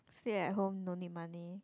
stay at home no need money